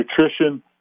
nutrition